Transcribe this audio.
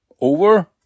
over